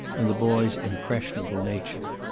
and the boy's impressionable nature.